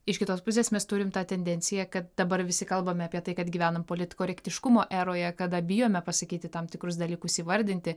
iš kitos pusės mes turim tą tendenciją kad dabar visi kalbame apie tai kad gyvenam politkorektiškumo eroje kada bijome pasakyti tam tikrus dalykus įvardinti